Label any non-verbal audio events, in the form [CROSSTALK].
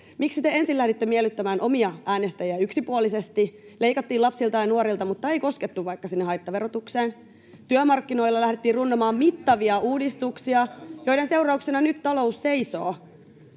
Miksi te ensin lähditte miellyttämään omia äänestäjiä yksipuolisesti? Leikattiin lapsilta ja nuorilta mutta ei koskettu vaikka sinne haittaverotukseen. [NOISE] Työmarkkinoilla lähdettiin runnomaan mittavia uudistuksia, joiden seurauksena nyt talous seisoo.